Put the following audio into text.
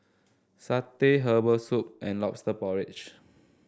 satay Herbal Soup and lobster porridge